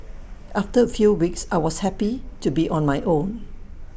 after A few weeks I was happy to be on my own